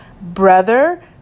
Brother